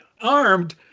armed